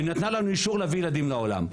והיא נתנה לנו אישור להביא ילדים לעולם.